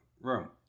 room